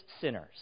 sinners